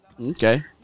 Okay